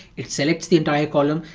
it selects the entire column.